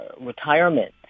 retirement